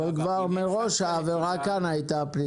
אבל מראש העבירה כאן הייתה פלילית.